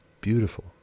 beautiful